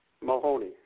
Mahoney